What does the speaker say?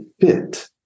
fit